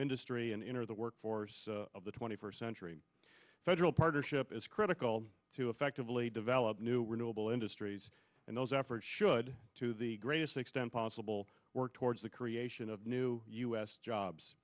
industry and enter the workforce of the twenty first century federal partnership is critical to effectively develop new renewable industries and those efforts should to the greatest extent possible work towards the creation of new u